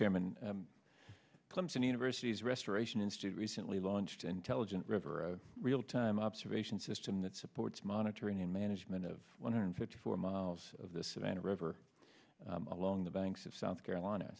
chairman clemson university is restoration institute recently launched intelligent river realtime observation system that supports monitoring the management of one hundred fifty four miles of the savannah river along the banks of south carolina